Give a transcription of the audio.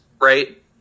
right